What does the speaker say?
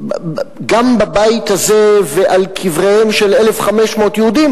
גם בבית הזה ועל קבריהם של 1,500 יהודים